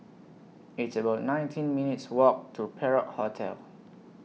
It's about nineteen minutes' Walk to Perak Hotel